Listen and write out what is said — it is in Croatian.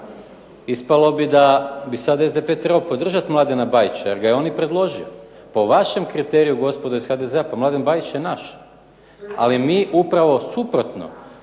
ispalo bi da sad SDP trebao podržati Mladena Bajića jer ga je on i predložio. Po vašem kriteriju gospodo iz HDZ-a, pa Mladen Bajić je naš. Ali mi upravo suprotno